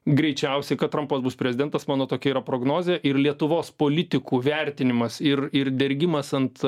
greičiausiai kad trampas bus prezidentas mano tokia yra prognozė ir lietuvos politikų vertinimas ir dergimas ant